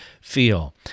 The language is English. feel